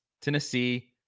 Tennessee